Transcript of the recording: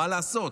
מה לעשות?